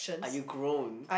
are you grown